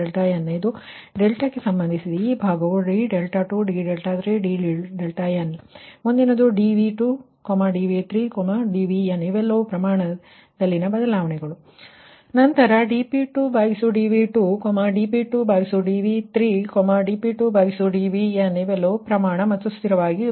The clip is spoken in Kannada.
dP2d2 dP2d3 dP2dn ಇದು ಡೆಲ್ಟಾಕ್ಕೆ ಸಂಬಂಧಿಸಿದೆ ಮತ್ತು ಈ ಭಾಗವು d2 d3 dn ಮುಂದಿನದು dV2 dV3 dVnಇವೆಲ್ಲವೂ ಪ್ರಮಾಣದಲ್ಲಿನ ಬದಲಾವಣೆಗಳು ಮತ್ತು ನಂತರ dP2dV2 dP2dV3 dP2dVnಇವೆಲ್ಲವೂ ಪ್ರಮಾಣ ಮತ್ತು ಸ್ಥಿರವಾಗಿ ಇರುವುದು